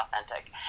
authentic